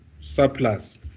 surplus